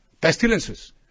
pestilences